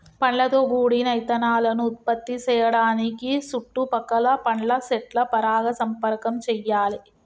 పండ్లతో గూడిన ఇత్తనాలను ఉత్పత్తి సేయడానికి సుట్టు పక్కల పండ్ల సెట్ల పరాగ సంపర్కం చెయ్యాలే